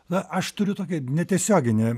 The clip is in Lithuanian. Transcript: na aš turiu tokį netiesioginį